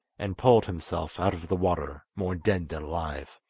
and pulled himself out of the water, more dead than alive.